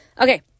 okay